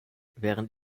während